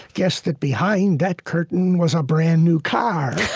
guessed that behind that curtain was a brand new car